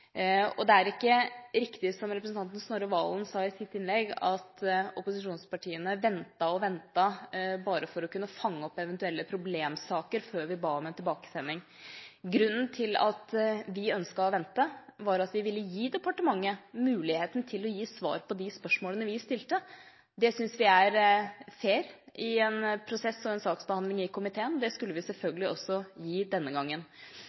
om. Det er ikke riktig – som representanten Snorre Serigstad Valen sa i sitt innlegg – at opposisjonspartiene ventet og ventet, bare for å kunne fange opp eventuelle problemsaker før vi ba om en tilbakesending. Grunnen til at vi ønsket å vente, var at vi ville gi departementet muligheten til å gi svar på de spørsmålene vi stilte. Det syns vi er fair i en prosess og en saksbehandling i komiteen. Det skulle vi selvfølgelig også gi denne gangen.